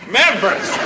members